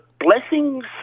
blessings